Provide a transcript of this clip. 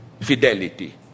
fidelity